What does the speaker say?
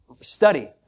study